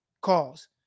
calls